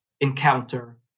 encounter